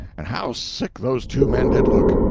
and how sick those two men did look!